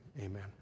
amen